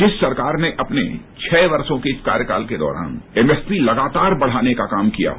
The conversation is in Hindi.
जिस सरकार ने अपने छह वर्षों के इस कार्यकाल के दौरान एमएसपी लगातार बढ़ाने का काम किया हो